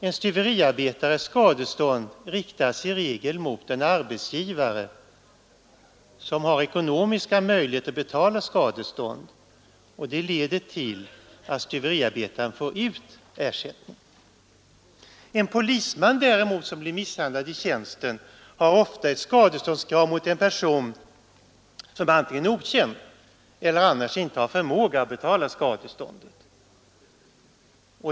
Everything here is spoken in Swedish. En stuveriarbetares skadeståndskrav riktas i regel mot en arbetsgivare som har ekonomiska möjligheter att betala skadestånd. Det leder till att stuveriarbetaren får ut ersättning. En polisman däremot som blir misshandlad i tjänsten har ofta ett skadeståndskrav mot en person som antingen är okänd eller som annars inte har förmåga att betala skadestånd.